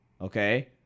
Okay